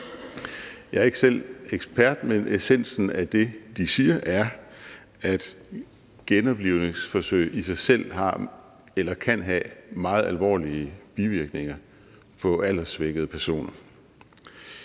Jeg er ikke selv ekspert, men essensen af det, de siger, er, at genoplivningsforsøg i sig selv har eller kan have meget alvorlige bivirkninger på alderssvækkede personer.